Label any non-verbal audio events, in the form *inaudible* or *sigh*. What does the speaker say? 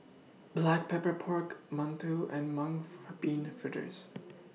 Black Pepper Pork mantou and Mung *noise* Bean Fritters